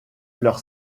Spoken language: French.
leur